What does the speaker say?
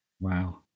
Wow